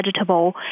vegetable